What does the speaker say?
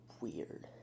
weird